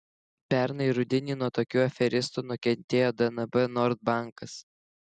pernai rudenį nuo tokių aferistų nukentėjo dnb nord bankas